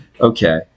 Okay